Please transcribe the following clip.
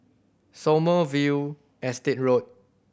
Sommerville Estate Road